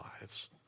lives